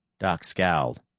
doc scowled.